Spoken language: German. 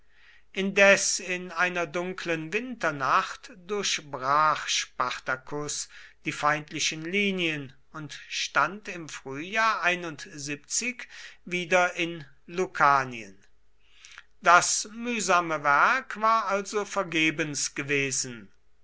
indes in einer dunklen winternacht durchbrach spartacus die feindlichen linien und stand im frühjahr wieder in lucanien das mühsame werk war also vergebens gewesen